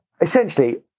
Essentially